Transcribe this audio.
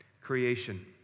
creation